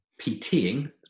PTing